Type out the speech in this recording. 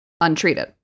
untreated